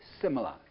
similar